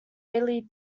lee